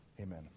Amen